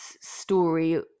story